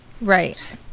Right